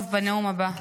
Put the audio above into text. טוב, בנאום הבא.